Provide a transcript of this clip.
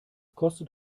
kostet